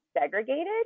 segregated